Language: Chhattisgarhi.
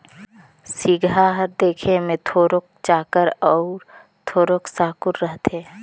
सिगहा हर देखे मे थोरोक चाकर अउ थोरोक साकुर रहथे